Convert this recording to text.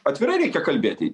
atvirai reikia kalbėti